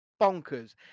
bonkers